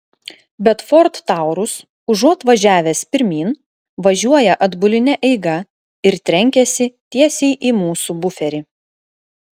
bet ford taurus užuot važiavęs pirmyn važiuoja atbuline eiga ir trenkiasi tiesiai į mūsų buferį